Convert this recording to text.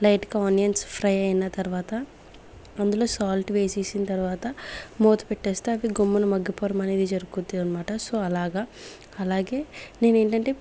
light గా onions fry అయిన తర్వాత అందులో సాల్ట్ వేసేసిన తర్వాత మూత పెట్టేస్తే అది గమ్మున మగ్గిపోవడం అనేది జరిగింది అనమాట సో అలాగా అలాగే నేను ఏంటంటే